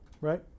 right